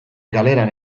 galeran